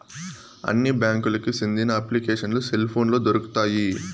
అన్ని బ్యాంకులకి సెందిన అప్లికేషన్లు సెల్ పోనులో దొరుకుతాయి